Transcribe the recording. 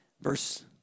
Verse